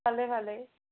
ভালে ভালে